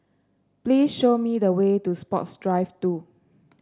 please show me the way to Sports Drive Two